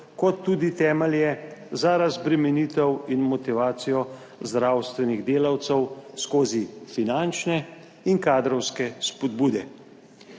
kot tudi temelje za razbremenitev in motivacijo zdravstvenih delavcev skozi finančne in kadrovske spodbude.